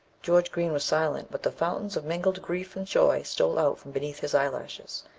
george green was silent, but the fountains of mingled grief and joy stole out from beneath his eyelashes,